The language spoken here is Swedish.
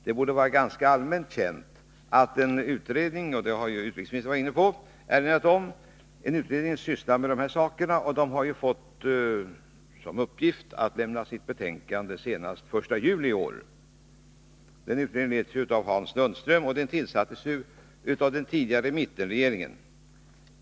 Det borde vara ganska allmänt känt att en utredning — och det har utrikesministern varit inne på — redan sysslar med de här frågorna. Den har fått till uppgift att lämna sitt betänkande senast den 1 juli i år. Utredningen leds av Hans Lundström och tillsattes av den tidigare mittenregeringen.